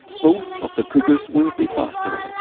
both of the cookers will be faster.